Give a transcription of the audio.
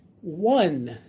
one